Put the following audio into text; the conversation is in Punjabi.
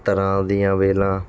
ਤਰਾਂ ਦੀਆਂ ਵੇਲਾਂ